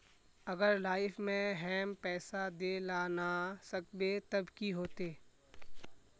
अगर लाइफ में हैम पैसा दे ला ना सकबे तब की होते?